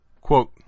Quote